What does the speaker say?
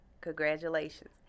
congratulations